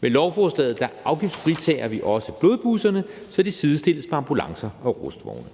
Med lovforslaget afgiftsfritager vi også blodbusserne, så de sidestilles med ambulancer og rustvogne.